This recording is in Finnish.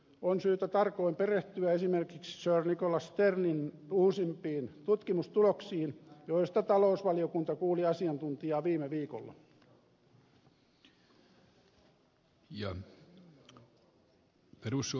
on syytä tarkoin perehtyä esimerkiksi sir nicholas sternin uusimpiin tutkimustuloksiin joista talousvaliokunta kuuli asiantuntijaa viime viikolla